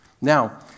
Now